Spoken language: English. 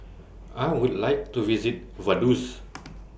I Would like to visit Vaduz